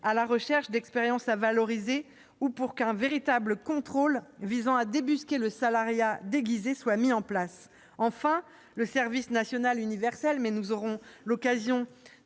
à la recherche d'expériences à valoriser, ou pour qu'un véritable contrôle visant à débusquer le salariat déguisé soit mis en place. Enfin, le service national universel est censé favoriser